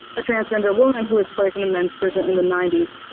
a transgender woman who was placed in a men's prison in the nineties.